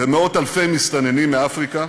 במאות-אלפי מסתננים מאפריקה,